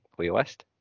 playlist